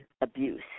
abuse